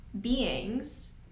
beings